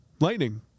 lightning